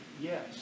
Yes